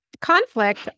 conflict